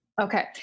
Okay